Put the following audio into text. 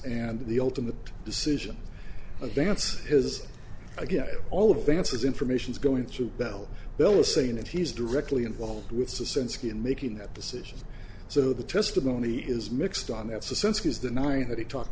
and the ultimate decision a dance has again all advances information is going to bell bill is saying that he's directly involved with the sense in making that decision so the testimony is mixed on that's the sense he is the night that he talk